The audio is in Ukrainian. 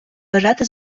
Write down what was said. вважати